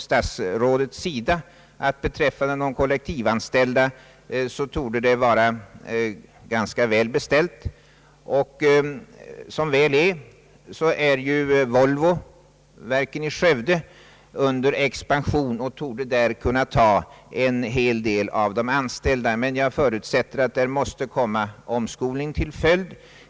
Statsrådet säger att för de kollektivanställdas del torde det vara ganska väl beställt. Lyckligtvis är Volvoverken i Skövde under expansion och torde kunna ta emot en del av de friställda, men jag förutsätter att det först krävs omskolning av dem.